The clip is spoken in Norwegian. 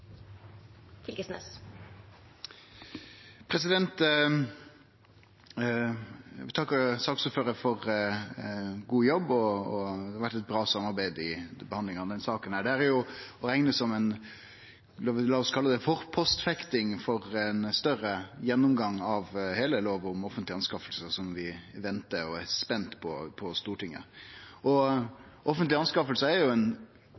for ein god jobb. Det har vore eit bra samarbeid i behandlinga av denne saka. Ho er å rekne som ein slags forpostfekting før ein større gjennomgang av heile lova om offentlege anskaffingar, som vi på Stortinget ventar på og er spente på. Offentlege anskaffingar er jo eit unikt verktøy som Noreg, med ein